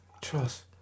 Trust